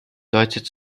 deutet